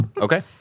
Okay